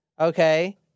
okay